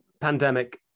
pandemic